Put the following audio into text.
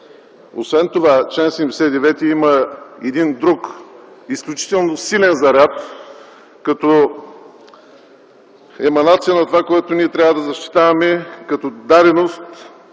Освен това чл. 79 има един друг, изключително силен заряд като еманация на това, което ние трябва да защитаваме като даденост